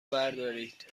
بردارید